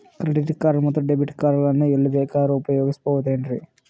Credit card ಮತ್ತು debit card ಗಳನ್ನು ಎಲ್ಲಿ ಬೇಕಾದ್ರು ಉಪಯೋಗಿಸಬಹುದೇನ್ರಿ?